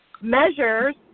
measures